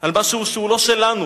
שהוא לא שלנו.